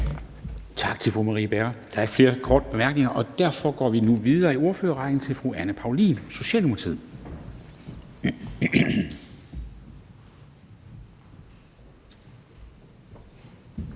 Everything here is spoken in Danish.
Tak til fru Marie Bjerre. Der er ikke flere korte bemærkninger, og derfor går vi nu videre i ordførerrækken til fru Anne Paulin, Socialdemokratiet.